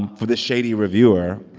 and for this shady reviewer.